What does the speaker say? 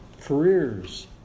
careers